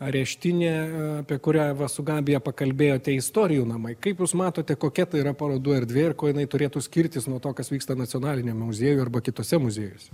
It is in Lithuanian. areštinė apie kurią va su gabija pakalbėjote istorijų namai kaip matote kokia ta yra parodų erdvė ir kuo jinai turėtų skirtis nuo to kas vyksta nacionaliniame muziejuj arba kitose muziejuose